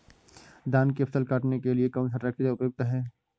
धान की फसल काटने के लिए कौन सा ट्रैक्टर उपयुक्त है?